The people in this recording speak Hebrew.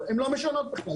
הן לא משנות בכלל,